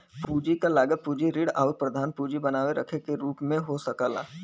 पूंजी क लागत पूंजी ऋण आउर प्रधान पूंजी बनाए रखे के रूप में हो सकला